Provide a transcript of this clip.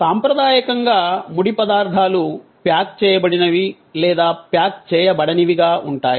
సాంప్రదాయకంగా ముడి పదార్థాలు ప్యాక్ చేయబడినవి లేదా ప్యాక్ చేయబడనివి గా ఉంటాయి